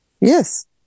yes